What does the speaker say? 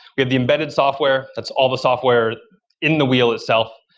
yeah the embedded software, that's all the software in the wheel itself.